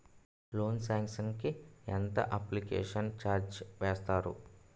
Loan sanction కి ఎంత application charge వేస్తారు?